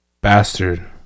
bastard